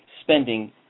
spending